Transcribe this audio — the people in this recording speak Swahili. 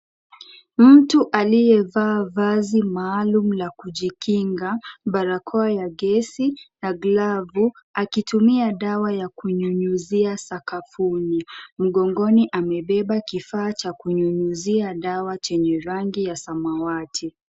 Mtu aliyevaa vazi maalum la kujikinga, barakoa ya gesi na glavu. Akitumia dawa ya kunyunyuzia sakafuni. Mgongoni amebeba kifaa cha kunyunyizia dawa chenye rangi ya samawati.